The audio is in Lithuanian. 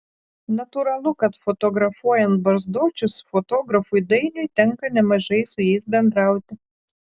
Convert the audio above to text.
natūralu kad fotografuojant barzdočius fotografui dainiui tenka nemažai su jais bendrauti